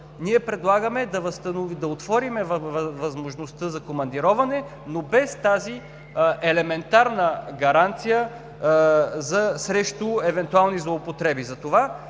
ние предлагаме да отворим възможността за командироване, но без тази елементарна гаранция срещу евентуални злоупотреби.